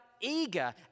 eager